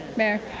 mayor